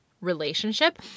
relationship